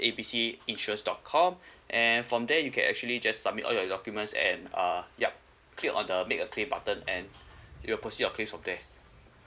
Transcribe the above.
A B C insurance dot com and from there you can actually just submit all your documents at uh yup click on the make a claim button and we will proceed your claims from there